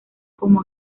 como